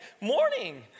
morning